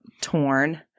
torn